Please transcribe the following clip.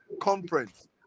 conference